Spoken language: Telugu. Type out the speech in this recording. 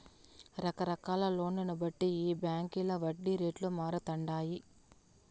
రకరకాల లోన్లను బట్టి ఈ బాంకీల వడ్డీ రేట్లు మారతండాయి